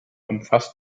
umfasst